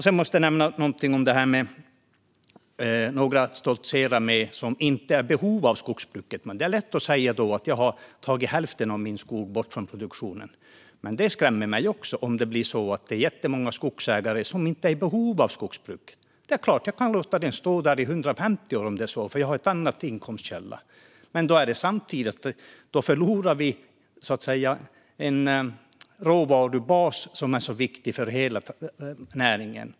Sedan måste jag säga någonting om att några stoltserar med att de inte är i behov av skogsbruket. Då är det lätt att säga att man tar bort hälften av sin skog från produktionen. Det skrämmer mig om det blir jättemånga skogsägare som inte är i behov av skogsbruk. De kan låta den stå där i 150 år om det är så, för de har andra inkomstkällor. Men då förlorar vi samtidigt en råvarubas som är viktig för hela näringen.